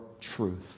truth